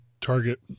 target